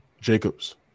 Jacobs